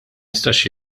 jistax